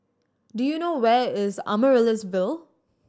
do you know where is Amaryllis Ville